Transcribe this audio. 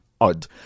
odd